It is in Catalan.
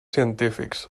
científics